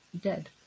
dead